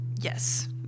yes